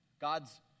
God's